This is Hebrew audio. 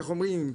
איך אומרים,